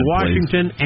Washington